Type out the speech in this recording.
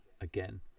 Again